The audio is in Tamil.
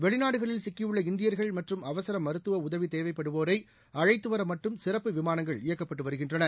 வெளிநாடுகளில் சிக்கியுள்ள இந்தியர்கள் மற்றும் அவசர மருத்துவ உதவி தேவைப்படுவோரை அழைத்துவர மட்டும் சிறப்பு விமானங்கள் இயக்கப்பட்டு வருகின்றன